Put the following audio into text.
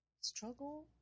struggle